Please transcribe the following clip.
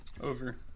Over